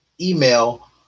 email